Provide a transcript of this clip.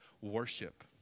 Worship